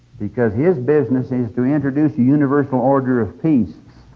because his business is to introduce a universal order of peace.